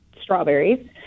strawberries